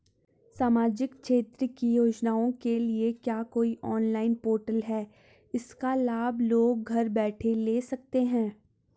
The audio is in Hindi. सामाजिक क्षेत्र की योजनाओं के लिए क्या कोई ऑनलाइन पोर्टल है इसका लाभ लोग घर बैठे ले सकते हैं?